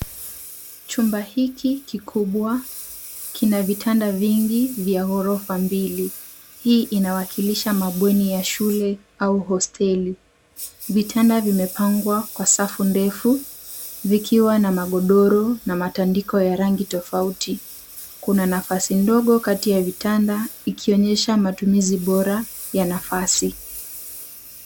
Chumba hiki kikubwa kina vitanda vingi vya ghorofa mbili. Hii inawakilisha mabweni ya shule au hosteli. Vitanda vimepangwa kwa safu ndefu vikiwa na magodoro na matandiko ya rangi tofauti. Kuna nafasi ndogo kati ya vitanda ikionyesha matumizi bora ya nafasi.